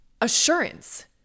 assurance